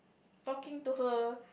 talking to her